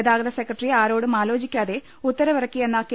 ഗതാഗത സെക്രട്ടറി ആരോടും ആലോചി ക്കാതെ ഉത്തരവിറക്കിയെന്ന കെ